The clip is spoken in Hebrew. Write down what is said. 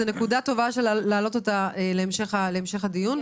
זאת נקודה טובה להמשך הדיון.